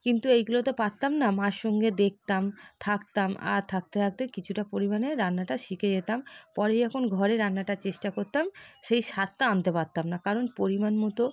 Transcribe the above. কিন্তু এইগুলো তো পারতাম না মার সঙ্গে দেখতাম থাকতাম আর থাকতে থাকতে কিছুটা পরিমাণে রান্নাটা শিখে যেতাম পরে যখন ঘরে রান্নাটা চেষ্টা করতাম সেই স্বাদটা আনতে পারতাম না কারণ পরিমাণমতো